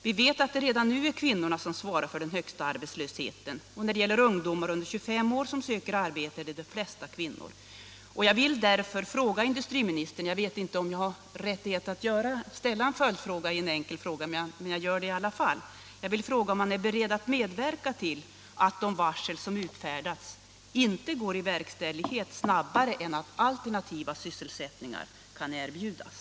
Vi vet att det redan nu är kvinnorna som svarar för den högsta arbetslösheten, och bland ungdomar under 25 år som söker arbete är de flesta kvinnor. Jag vill därför fråga industriministern — även om jag inte vet om jag har rättighet att nu ställa en följdfråga — om han är beredd att medverka till att de varsel som utfärdats inte går i verkställighet snabbare än att alternativa sysselsättningar kan erbjudas.